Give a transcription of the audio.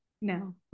No